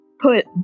put